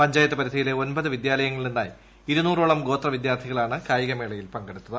പഞ്ചായത്ത് പരിധിയിലെ ഒമ്പത് വിദ്യാലയങ്ങളിൽ നിന്നായി ഇരുന്നൂറോളം ഗോത്ര വിദ്യാർത്ഥികളാണ് കായിക മേളയിൽ പങ്കെടുത്തത്